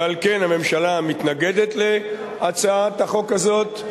ועל כן הממשלה מתנגדת להצעת החוק הזאת,